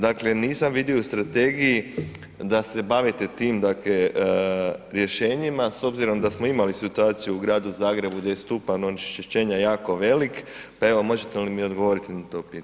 Dakle, nisam vidio u strategiji da se bavite tim, dakle rješenjima s obzirom da smo imali situaciju u Gradu Zagrebu gdje je stupanj onečišćenja jako velik, pa evo možete li mi odgovorit na to pitanje?